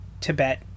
tibet